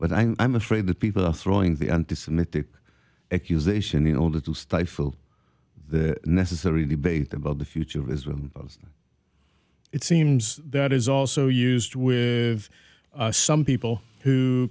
but i am afraid that people are throwing the anti semitic accusation in order to stifle the necessary debate about the future of israel it seems that is also used with some people who